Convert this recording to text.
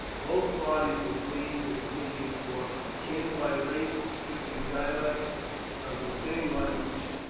both parties were pleased at the meeting, for, akin by race and speaking dialects of the same language,